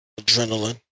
adrenaline